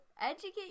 educate